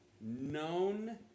known